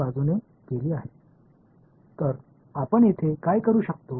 இங்கே n பிரிவுகள் உள்ளன எனவே நாம் என்ன செய்ய முடியும்